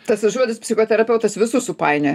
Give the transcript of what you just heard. tas žodis psichoterapeutas visus supainioja